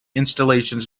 installations